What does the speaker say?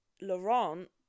Laurent